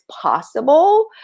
possible